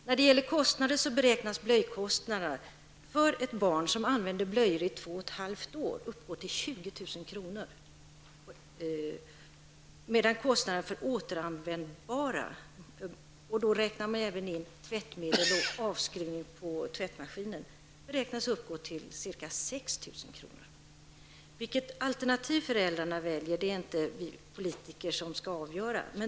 För ett barn som använder blöjor i två och ett halvt år beräknas blöjkostnaden uppgå till 20 000 kr., medan kostnaden för återanvändbara blöjor -- då räknar man även in kostnader för tvättmedel och avskrivning på tvättmaskinen -- beräknas uppgå till ca 6 000 kr. Vi politiker skall inte avgöra vilket alternativ föräldrarna skall välja.